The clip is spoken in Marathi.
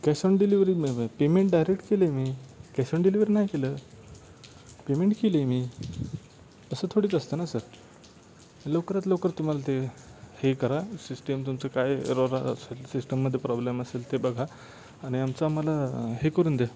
कॅश ऑन डिलिव्हरी मी पेमेंट डायरेक्ट केली आहे मी कॅश ऑन डिलिव्हरी नाही केलं पेमेंट केली आहे मी असं थोडीच असतं ना सर लवकरात लवकर तुम्हाला ते हे करा सिस्टिम तुमचं काय रोरं असेल सिस्टममध्ये प्रॉब्लेम असेल ते बघा आणि आमचं आम्हाला हे करून द्या